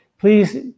Please